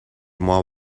more